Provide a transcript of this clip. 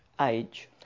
Age